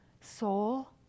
Soul